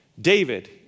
David